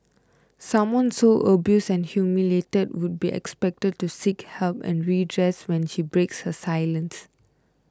someone so abused and humiliated would be expected to seek help and redress when she breaks her silence